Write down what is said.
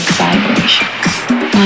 vibrations